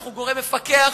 אנחנו גורם מפקח,